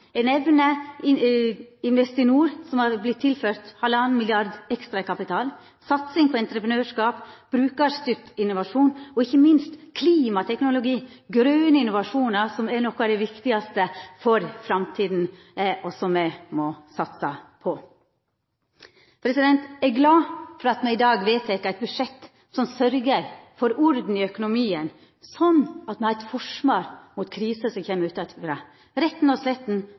Investinor, som er tilført 1,5 mrd. kr i ekstra kapital, satsing på entreprenørskap, brukarstyrt innovasjon og, ikkje minst, klimateknologi – grøne innovasjonar, som er noko av det viktigaste for framtida, og som me må satsa på. Eg er glad for at me i dag vedtek eit budsjett som sørgjer for orden i økonomien, sånn at me har eit forsvar mot kriser som kjem utanfrå – rett og